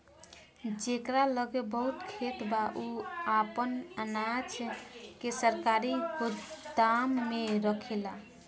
जेकरा लगे बहुत खेत बा उ आपन अनाज के सरकारी गोदाम में रखेला